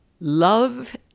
Love